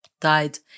died